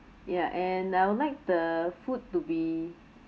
ya and I would like the food to be